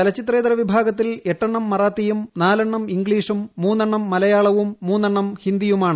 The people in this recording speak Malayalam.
ചലച്ചിത്രേതര വിഭാഗത്തിൽ എട്ട് എണ്ണം മറാത്തിയും നാല് എണ്ണം ഇംഗ്ലീഷും മൂന്ന് എണ്ണം മലയാളവും മൂന്ന് എണ്ണം ഹിന്ദിയുമാണ്